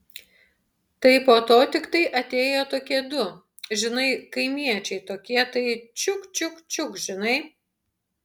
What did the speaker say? tai po to tiktai atėjo tokie du žinai kaimiečiai tokie tai čiuk čiuk čiuk žinai